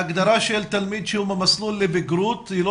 ההגדרה של תלמיד במסלול לבגרות היא לא